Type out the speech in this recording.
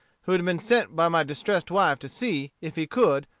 who had been sent by my distressed wife to see, if he could,